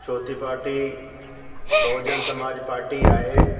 चौथीं पार्टी बहुजन समाज पार्टी आहे